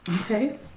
Okay